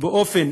באופן